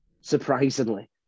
surprisingly